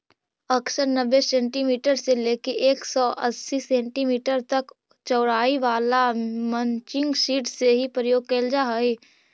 अक्सर नब्बे सेंटीमीटर से लेके एक सौ अस्सी सेंटीमीटर तक चौड़ाई वाला मल्चिंग सीट के ही प्रयोग कैल जा हई